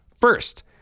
First